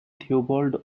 theobald